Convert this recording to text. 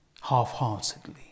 half-heartedly